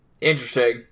Interesting